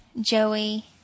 Joey